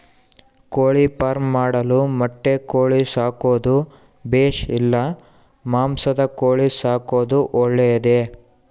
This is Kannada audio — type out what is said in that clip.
ಕೋಳಿಫಾರ್ಮ್ ಮಾಡಲು ಮೊಟ್ಟೆ ಕೋಳಿ ಸಾಕೋದು ಬೇಷಾ ಇಲ್ಲ ಮಾಂಸದ ಕೋಳಿ ಸಾಕೋದು ಒಳ್ಳೆಯದೇ?